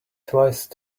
twice